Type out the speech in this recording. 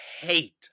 hate